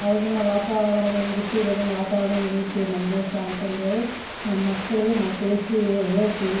ಅವಾಗಿನ ವಾತಾವರಣ ಹಿಂಗಿತ್ತು ಇವಾಗಿನ ವಾತಾವರಣ ಹಿಂಗೈತೆ ನಮ್ಮ ದೇಶ ಅಂತಂದೇಳಿ ನಮ್ಮ ಮಕ್ಕಳಿಗೆ ನಾವು ತಿಳಿಸಿ ಹೇಳ್ತಿವಿ